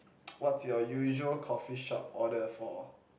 what's your usual coffee shop order for